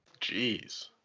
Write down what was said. Jeez